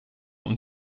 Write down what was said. und